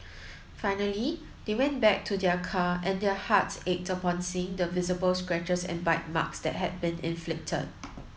finally they went back to their car and their hearts ached upon seeing the visible scratches and bite marks that had been inflicted